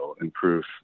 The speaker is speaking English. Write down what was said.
improve